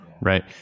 right